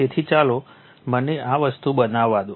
તેથી ચાલો મને આ વસ્તુ બનાવવા દો